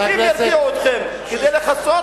תפסיק